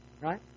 right